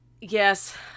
Yes